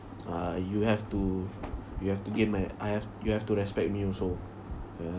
uh you have to you have to gain my I have you have to respect me also uh